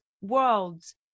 worlds